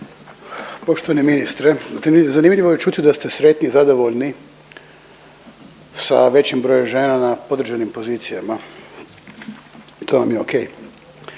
Poštovani ministre, zanimljivo je čuti da ste sretni i zadovoljni sa većim brojem žena na određenim pozicijama. To vam je ok.